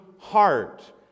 heart